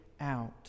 out